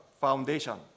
foundation